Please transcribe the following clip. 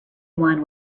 one